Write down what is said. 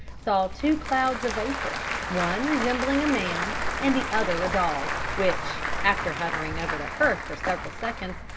saw two clouds of vapour, one resembling a man and the other a dog, which, after hovering over the hearth for several seconds,